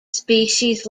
species